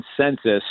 consensus